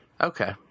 Okay